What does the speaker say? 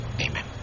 amen